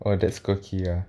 oh that's quirky ah